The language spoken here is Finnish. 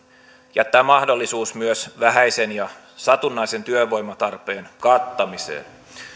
jättää mahdollisuus myös vähäisen ja satunnaisen työvoimatarpeen kattamiseen